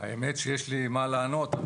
האמת שיש לי מה לענות.